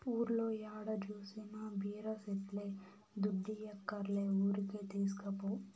ఊర్లో ఏడ జూసినా బీర సెట్లే దుడ్డియ్యక్కర్లే ఊరికే తీస్కపో